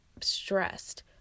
stressed